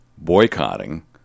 boycotting